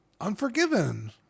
unforgiven